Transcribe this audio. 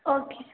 okay